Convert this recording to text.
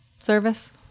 Service